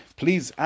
please